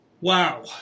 Wow